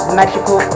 magical